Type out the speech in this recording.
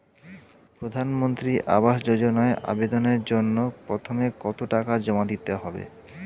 প্রধানমন্ত্রী আবাস যোজনায় আবেদনের জন্য প্রথমে কত টাকা জমা দিতে হবে?